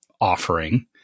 offering